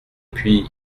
puis